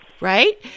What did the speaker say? right